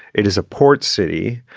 it is a port city.